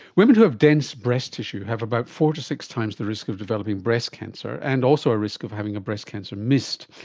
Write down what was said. women who have dense breast tissue have about four to six times the risk of developing breast cancer, and also a risk of having a breast cancer missed.